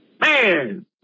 Man